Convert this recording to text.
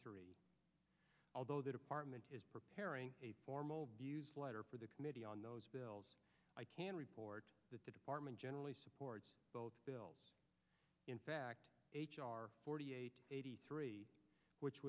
three although the department is preparing a formal letter for the committee on those bills i can report that the department generally supports both bills in fact h r forty eight eighty three which